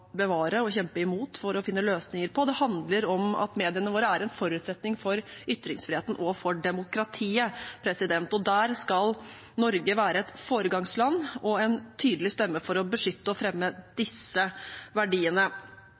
og kjempe imot for å finne løsninger på. Det handler om at mediene våre er en forutsetning for ytringsfriheten og for demokratiet, og der skal Norge være et foregangsland og en tydelig stemme for å beskytte og fremme disse verdiene.